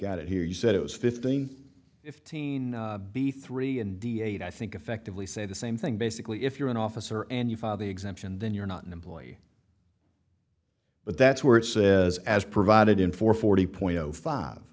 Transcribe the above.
got it here you said it was fifteen fifteen b three and d eight i think effectively say the same thing basically if you're an officer and you file the exemption then you're not an employee but that's where it says as provided in for forty point zero five